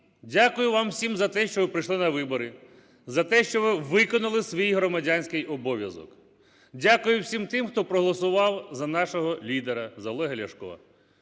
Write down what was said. Дякую вам всім за те, що ви прийшли на вибори, за те, що ви виконали свій громадянський обов'язок. Дякую всім тим, хто проголосував за нашого лідера, за Олега Ляшка.